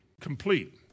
complete